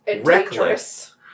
reckless